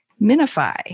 Minify